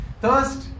Thirst